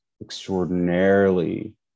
extraordinarily